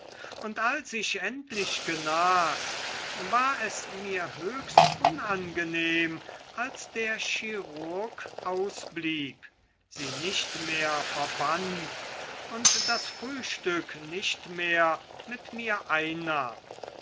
und als ich endlich genas war es mir höchst unangenehm als der chirurg ausblieb sie nicht mehr verband und das frühstück nicht mehr mit mir einnahm